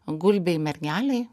gulbei mergelei